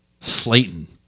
Slayton